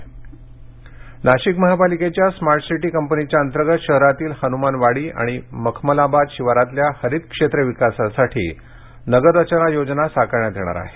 Nashik smart city Nashik महापालिकेच्या smart city कंपनीच्या अंतर्गत शहरातील हनुमानवाडी आणि मखमलाबाद शिवारातल्या हरीत क्षेत्र विकासासाठी नगररचना योजना साकरण्यात येणार आहे